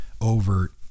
overt